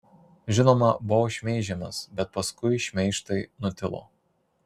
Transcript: žinoma buvau šmeižiamas bet paskui šmeižtai nutilo